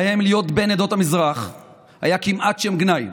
שבהם להיות בן עדות המזרח היה כמעט שם גנאי,